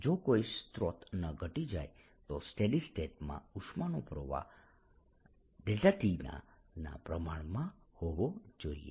જો કોઈ સ્રોત ન ઘટી જાય તો સ્ટેડી સ્ટેટમાં ઉષ્માનો પ્રવાહ ∇ t ના ના પ્રમાણમાં હોવો જોઈએ